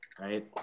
Right